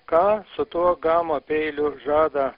ką su tuo gama peiliu žada